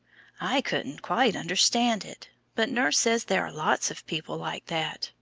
i couldn't quite understand it, but nurse says there are lots of people like that,